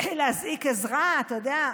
להזעיק עזרה, אתה יודע.